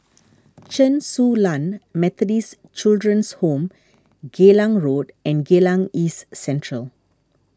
Chen Su Lan Methodist Children's Home Geylang Road and Geylang East Central